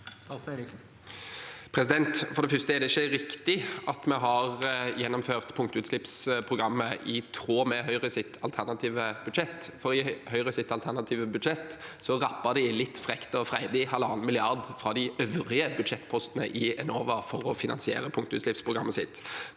For det første er det ikke riktig at vi har gjennomført punktutslippsprogrammet i tråd med Høyres alternative budsjett, for i Høyres alternative budsjett rapper de litt frekt og freidig 1,5 mrd. kr fra de øvrige budsjettpostene til Enova for å finansiere punktutslippsprogrammet sitt.